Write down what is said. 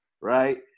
right